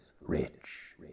Rich